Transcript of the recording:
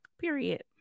period